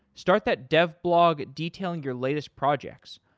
start that dev blog, detailing your latest projects.